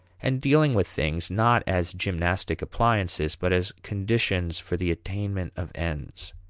and dealing with things not as gymnastic appliances but as conditions for the attainment of ends.